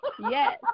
yes